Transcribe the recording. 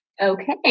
Okay